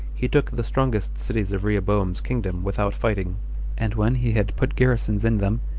he took the strongest cities of rehoboam's kingdom without fighting and when he had put garrisons in them,